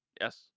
Yes